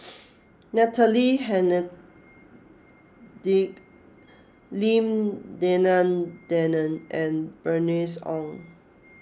Natalie Hennedige Lim Denan Denon and Bernice Ong